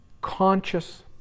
conscious